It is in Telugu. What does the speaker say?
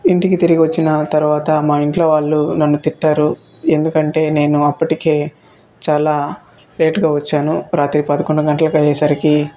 ఇంటికి తిరిగి వచ్చిన తర్వాత మా ఇంట్లో వాళ్ళు నన్ను తిట్టారు ఎందుకంటే నేను అప్పటికే చాలా లేటుగా వచ్చాను రాత్రి పదకొండు గంటలకు అయ్యే సరికి